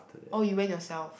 oh you went yourself